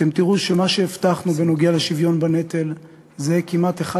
אתם תראו שמה שהבטחנו בנוגע לשוויון בנטל זה כמעט אחד